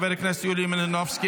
חברת הכנסת יוליה מלינובסקי,